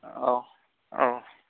औ औ